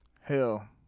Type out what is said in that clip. Hell